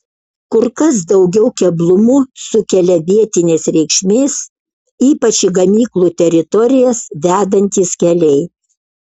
kur kas daugiau keblumų sukelia vietinės reikšmės ypač į gamyklų teritorijas vedantys keliai